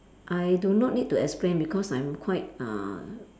I do not need to explain because I'm quite uh